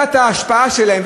מידת ההשפעה שלהם,